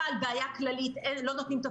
כלפי חולי קורונה בערבית לא מדובררים,